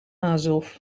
azov